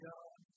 God